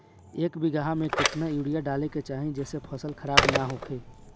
एक बीघा में केतना यूरिया डाले के चाहि जेसे फसल खराब ना होख?